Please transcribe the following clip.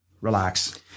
relax